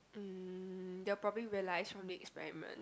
um they'll probably realise from the experiment